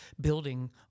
building